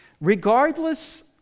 Regardless